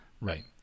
Right